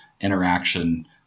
interaction